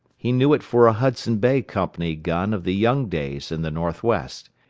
he knew it for a hudson bay company gun of the young days in the northwest,